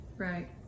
Right